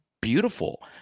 beautiful